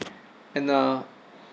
and uh